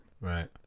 right